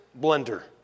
blender